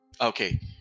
Okay